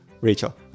Rachel